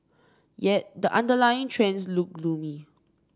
yet the underlying trends look gloomy